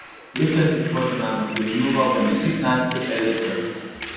iš konfiskuotų meno kūrinių lobo ne tik nacių elitas